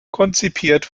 konzipiert